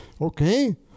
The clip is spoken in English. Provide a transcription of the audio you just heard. Okay